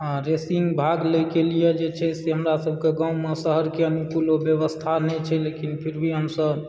आ रेसिंग भाग लयके लिए जे छै से हमरा सभके गामऽ शहरके अनुकूलो व्यवस्था नहि छै लेकिन फिर भी हमसभ